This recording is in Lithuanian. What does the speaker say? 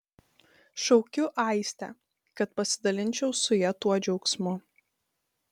šaukiu aistę kad pasidalinčiau su ja tuo džiaugsmu